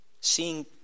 Seeing